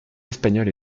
espagnol